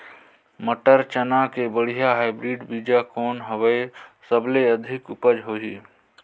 मटर, चना के बढ़िया हाईब्रिड बीजा कौन हवय? सबले अधिक उपज होही?